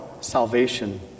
salvation